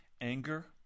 Anger